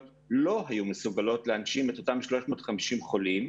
לא היו מסוגלות להנשים את אותם 350 חולים,